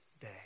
day